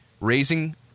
raising